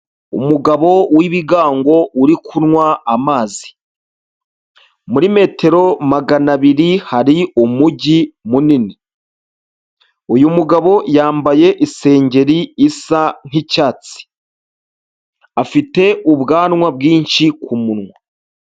Umugabo w'ibigango uri kunywa amazi, muri metero magana abiri hari umujyi munini, uyu mugabo yambaye isengeri isa nk'icyatsi afite ubwanwa bwinshi ku munwa.